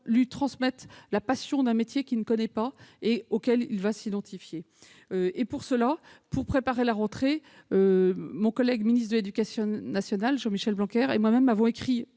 lui transmettre la passion d'un métier qu'il ne connaît pas et auquel il va s'identifier. Pour préparer la rentrée, le ministre de l'éducation nationale Jean-Michel Blanquer et moi-même avons écrit